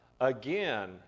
Again